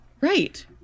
Right